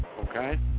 okay